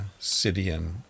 sidian